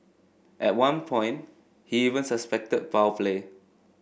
at one point he even suspected foul play